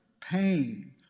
pain